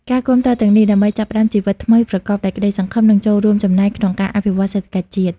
ការគាំទ្រទាំងនេះ ដើម្បីចាប់ផ្តើមជីវិតថ្មីប្រកបដោយក្តីសង្ឃឹម និងចូលរួមចំណែកក្នុងការអភិវឌ្ឍសេដ្ឋកិច្ចជាតិ។